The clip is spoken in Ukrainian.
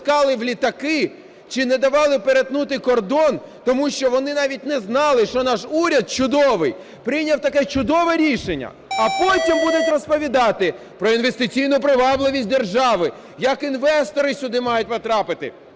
чи не давали перетнути кордон, тому що вони навіть не знали, що наш уряд чудовий прийняв таке чудове рішення. А потім будуть розповідати про інвестиційну привабливість держави, як інвестори сюди мають потрапити,